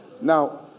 Now